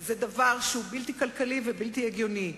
זה דבר בלתי כלכלי ובלתי הגיוני.